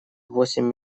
восемь